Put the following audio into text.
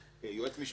יועץ משפטי.